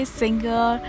singer